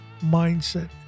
mindset